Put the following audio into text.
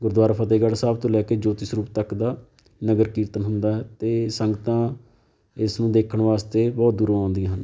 ਗੁਰਦੁਆਰਾ ਫਤਿਹਗੜ੍ਹ ਸਾਹਿਬ ਤੋਂ ਲੈ ਕੇ ਜੋਤੀ ਸਰੂਪ ਤੱਕ ਦਾ ਨਗਰ ਕੀਰਤਨ ਹੁੰਦਾ ਅਤੇ ਸੰਗਤਾਂ ਇਸ ਨੂੰ ਦੇਖਣ ਵਾਸਤੇ ਬਹੁਤ ਦੂਰੋਂ ਆਉਂਦੀਆਂ ਹਨ